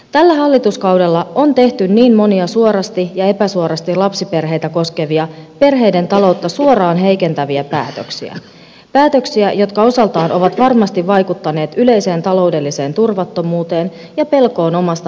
tällä hallituskaudella on tehty monia suorasti ja epäsuorasti lapsiperheitä koskevia perheiden taloutta suoraan heikentäviä päätöksiä päätöksiä jotka osaltaan ovat varmasti vaikuttaneet yleiseen taloudelliseen turvattomuuteen ja pelkoon omasta pärjäämisestä